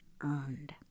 earned